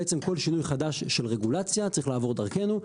בצעם כל שינוי חדש של רגולציה צריך לעבור דרכנו.